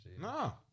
No